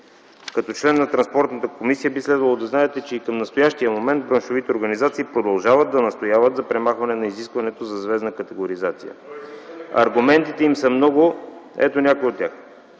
Като член на Транспортната комисия, би следвало да знаете, че и към настоящия момент браншовите организации продължават да настояват за премахване на изискването за звездна категоризация. Аргументите им са много, ето някои от тях.